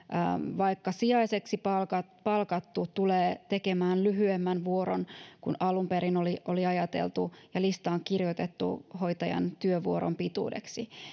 vaikka sijaiseksi palkattu tulee tekemään lyhyemmän vuoron kuin alun perin oli oli ajateltu ja listaan kirjoitettu hoitajan työvuoron pituudeksi ja